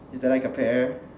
is there like a pear